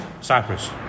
Cyprus